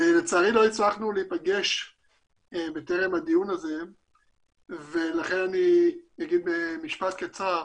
לצערי לא הצלחנו להיפגש בטרם הדיון הזה ולכן אני אגיד במשפט קצר,